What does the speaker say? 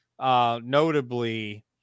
notably